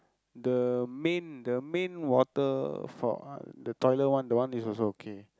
the main the main water for the toilet one that one is also okay